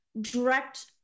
direct